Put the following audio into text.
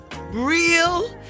real